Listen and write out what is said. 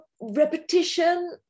repetition